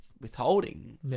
withholding